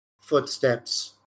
footsteps